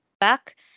back